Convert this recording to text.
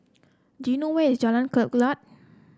do you know where is Jalan Kelulut